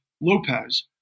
Lopez